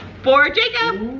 for jacob.